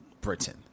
Britain